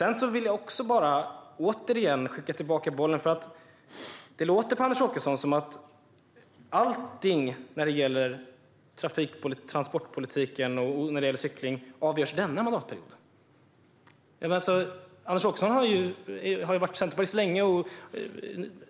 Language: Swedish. Jag vill återigen skicka tillbaka bollen, för det låter på Anders Åkesson som att allting när det gäller transportpolitiken och när det gäller cykling avgörs under denna mandatperiod. Anders Åkesson har varit centerpartist länge.